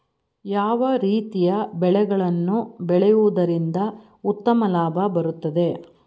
ಯಾವ ರೀತಿಯ ಬೆಳೆಗಳನ್ನು ಬೆಳೆಯುವುದರಿಂದ ಉತ್ತಮ ಲಾಭ ಬರುತ್ತದೆ?